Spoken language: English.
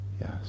Yes